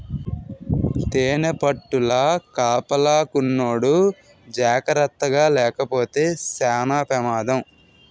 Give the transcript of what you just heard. తేనిపట్టుల కాపలాకున్నోడు జాకర్తగాలేపోతే సేన పెమాదం